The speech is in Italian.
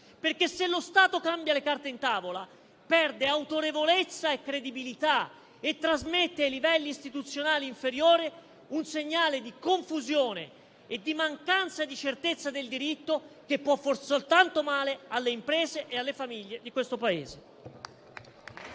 tavola; se lo Stato cambia le carte in tavola, perde autorevolezza e credibilità, e trasmette ai livelli istituzionali inferiori un segnale di confusione e di mancanza di certezza del diritto che può far soltanto male alle imprese e alle famiglie di questo Paese.